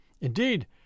Indeed